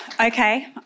Okay